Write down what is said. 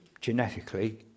genetically